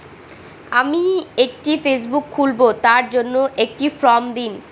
আমি একটি ফেসবুক খুলব তার জন্য একটি ফ্রম দিন?